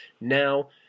now